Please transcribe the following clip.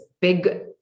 big